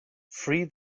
free